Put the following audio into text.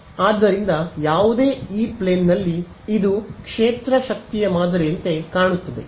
ಆದ್ದರಿಂದ ಯಾವುದೇ ಇ ಪ್ಲೇನ್ನಲ್ಲಿ ಇದು ಕ್ಷೇತ್ರ ಶಕ್ತಿಯ ಮಾದರಿಯಂತೆ ಕಾಣುತ್ತದೆ